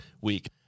week